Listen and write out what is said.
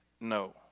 no